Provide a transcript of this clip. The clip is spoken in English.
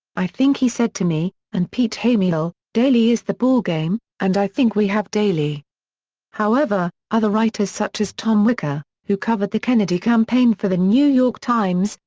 i think he said to me, and pete hamill, daley is the ball game, and i think we have daley however, other writers such as tom wicker, who covered the kennedy campaign for the new york times,